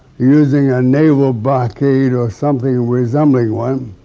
using a naval blockade or something resembling one,